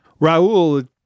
Raul